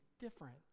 different